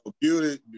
beauty